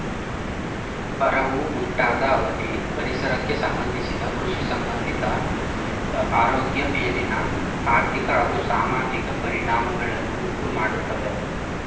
ಬರವು ಉಂಟಾದ ಅವಧಿ ಪರಿಸರಕ್ಕೆ ಸಂಬಂಧಿಸಿದ ಕೃಷಿಸಂಬಂಧಿತ ಆರೋಗ್ಯ ಮೇಲಿನ ಆರ್ಥಿಕ ಹಾಗೂ ಸಾಮಾಜಿಕ ಪರಿಣಾಮಗಳನ್ನು ಉಂಟುಮಾಡ್ತವೆ